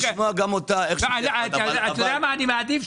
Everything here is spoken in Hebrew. אני מקווה